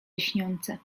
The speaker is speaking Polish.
lśniące